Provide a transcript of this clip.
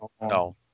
no